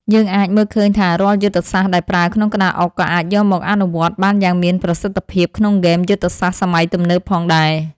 យើងអាចមើលឃើញថារាល់យុទ្ធសាស្ត្រដែលប្រើក្នុងក្តារអុកក៏អាចយកមកអនុវត្តបានយ៉ាងមានប្រសិទ្ធភាពក្នុងហ្គេមយុទ្ធសាស្ត្រសម័យទំនើបផងដែរ។